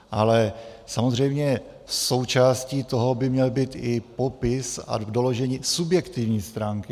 Ale samozřejmě součástí toho by měl být i popis a doložení subjektivní stránky.